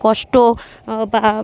কষ্ট বা